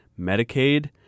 Medicaid